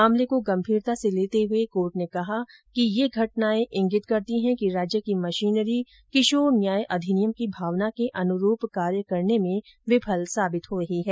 मामले को गंभीरता से लेते हुए कोर्ट ने कहा कि ये घटनाए इंगित करती हैं कि राज्य की मशीनरी किशोर न्याय अधिनियम की भावना के अनुरूप कार्य करने में विफल साबित हो रही है